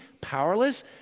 powerless